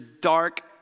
dark